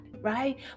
Right